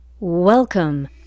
Welcome